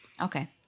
Okay